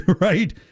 right